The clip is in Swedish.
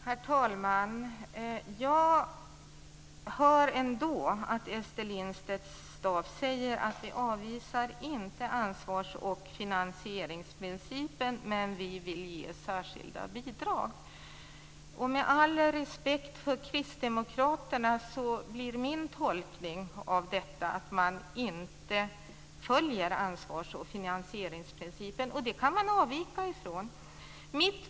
Herr talman! Jag hör ändå att Ester Lindstedt Staaf säger att man inte avvisar ansvars och finansieringsprincipen, men att man vill ge särskilda bidrag. Med all respekt för Kristdemokraterna blir min tolkning av detta att man inte följer ansvars och finansieringsprincipen, och man kan avvika från den.